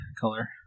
color